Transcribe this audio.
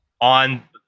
on